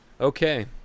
Okay